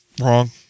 wrong